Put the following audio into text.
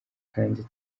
kandi